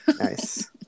Nice